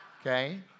okay